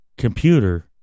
Computer